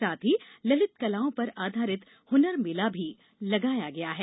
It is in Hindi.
साथ ही ललित कलाओं पर आधारित हनर मेला भी लगाया गया है